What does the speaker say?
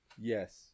Yes